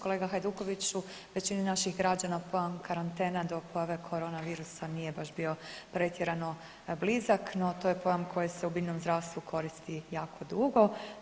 Kolega Hajdukoviću većini naših građana pojam karantena do pojave corona virusa nije baš bio pretjerano blizak, no to je pojam koji se u biljnom zdravstvu koristi jako dugo.